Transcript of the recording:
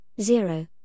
zero